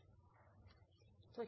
snakke, for